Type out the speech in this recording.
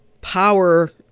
power